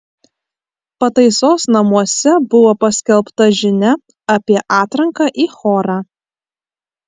pataisos namuose buvo paskelbta žinia apie atranką į chorą